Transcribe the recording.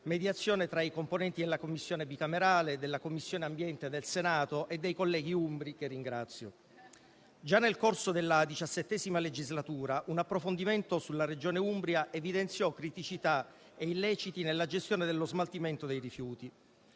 mediazione tra i componenti della Commissione bicamerale, della Commissione ambiente del Senato e dei colleghi umbri, che ringrazio. Già nel corso della XVII legislatura, un approfondimento sulla Regione Umbria evidenziò criticità e illeciti nella gestione dello smaltimento dei rifiuti.